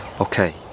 okay